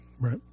right